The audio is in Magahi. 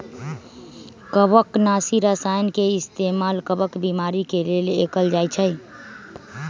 कवकनाशी रसायन के इस्तेमाल कवक बीमारी के लेल कएल जाई छई